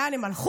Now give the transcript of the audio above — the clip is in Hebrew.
לאן הם הלכו?